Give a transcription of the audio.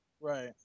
Right